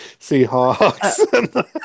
Seahawks